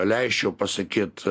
leisčiau pasakyt